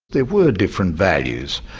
there were different values,